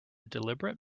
deliberate